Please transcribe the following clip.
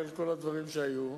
במהלך אחד רציף.